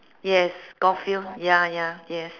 yes golf field ya ya yes